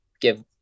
give